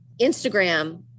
Instagram